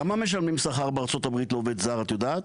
כמה משלמים שכר בארצות הברית לעובד זר, את יודעת?